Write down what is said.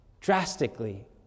drastically